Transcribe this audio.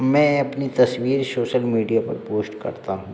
मैं अपनी तस्वीर शोशल मीडिया पर पोश्ट करता हूँ